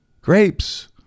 grapes